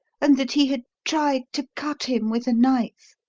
and that he had tried to cut him with a knife